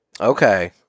Okay